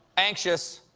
anxious,